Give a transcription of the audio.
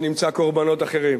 נמצא קורבנות אחרים.